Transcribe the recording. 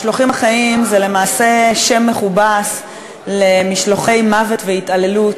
המשלוחים החיים הם למעשה שם מכובס למשלוחי מוות והתעללות,